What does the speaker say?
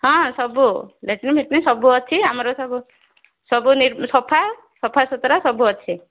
ହଁ ସବୁ ଲାଟ୍ରିନ୍ଫାଟିନ୍ ସବୁ ଅଛି ଆମର ସବୁ ସବୁ ନିର ସଫା ସଫାସୁତୁରା ସବୁ ଅଛି